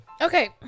okay